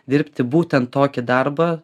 dirbti būtent tokį darbą